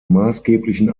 maßgeblichen